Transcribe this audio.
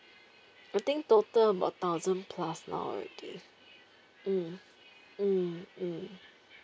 I think total about thousand plus now already mm mm mm